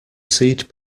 seed